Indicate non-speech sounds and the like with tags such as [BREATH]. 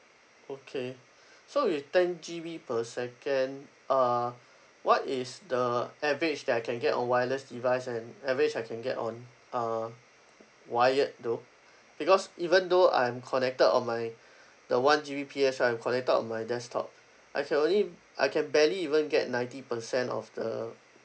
okay so with ten G_B per second uh what is the average that I can get on wireless device and average I can get on uh wired though because even though I'm connected on my [BREATH] the one G_B_P_S I'm connected on my desktop I can only I can barely even get ninety percent of the